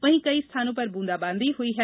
वहीं कई स्थानों पर ब्रंदाबांदी हुई है